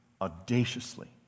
audaciously